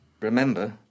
Remember